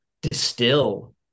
distill